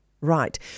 Right